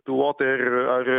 pilotai ar ir